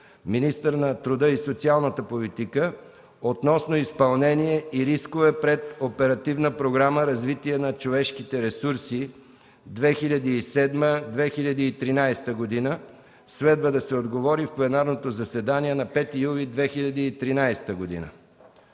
министър на труда и социалната политика, относно изпълнение и рискове пред Оперативна програма „Развитие на човешките ресурси 2007-2013 г.”. Следва да се отговори в пленарното заседание на 5 юли 2013 г.;